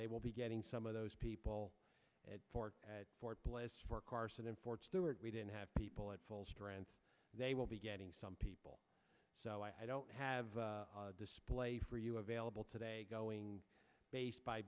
they will be getting some of those people at fort bliss fort carson in fort stewart we didn't have people at full strength they will be getting some people so i don't have display for you available today going based